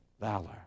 valor